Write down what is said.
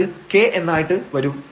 അത് k എന്നായിട്ട് വരും